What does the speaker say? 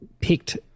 picked